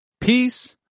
peace